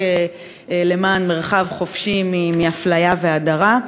ובמאבק למען מרחב חופשי מאפליה והדרה.